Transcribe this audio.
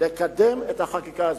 לקדם את החקיקה הזאת,